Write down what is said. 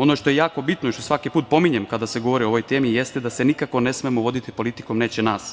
Ono što je jako bitno i što svaki put pominjem kada se govori o ovoj temi jeste da se nikako ne smemo voditi politikom „neće nas“,